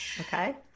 Okay